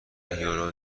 یورو